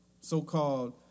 so-called